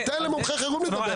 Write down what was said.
תיתן למומחי חירום לדבר.